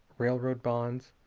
railroad bonds,